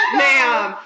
ma'am